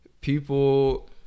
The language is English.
People